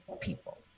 people